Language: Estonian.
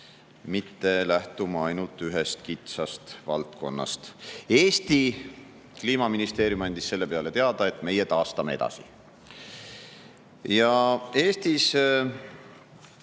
mitte lähtuma ainult ühest kitsast valdkonnast. Eesti Kliimaministeerium andis selle peale teada, et meie taastame edasi. Eestis